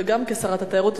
וגם כשרת התיירות,